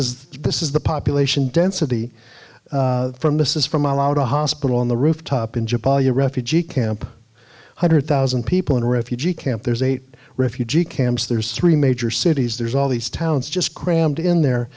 is this is the population density from this is from aldo hospital on the rooftop in japan are you a refugee camp hundred thousand people in refugee camp there's eight refugee camps there's three major cities there's all these towns just crammed in there